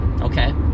Okay